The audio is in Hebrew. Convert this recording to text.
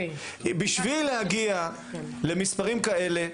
בשביל להגיע למספרים כאלה,